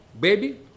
baby